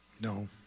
no